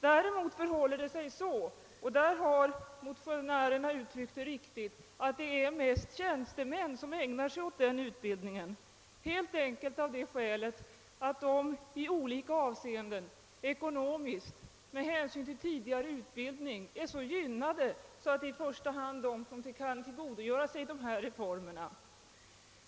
Däremot har motionärerna rätt i att det mest är tjänstemän som ägnar sig åt denna utbildning, helt enkelt av det skälet att de i olika avseenden — ekonomiskt och med hänsyn till tidigare utbildning är så gynnade att det i första hand är de som kan tillgodogöra sig reformen.